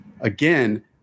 Again